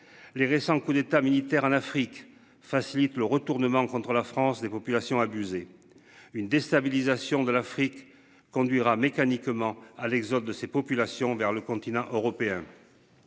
Les récents coups d'État militaires en Afrique facilite le retournement contre la France des populations abusées une déstabilisation de l'Afrique conduira mécaniquement à l'exode de ses populations vers le continent européen.